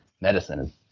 medicine